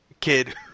kid